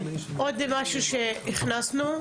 זה עוד משהו שהכנסנו.